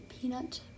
Peanut